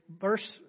verse